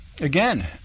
again